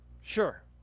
sure